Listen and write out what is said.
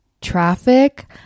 traffic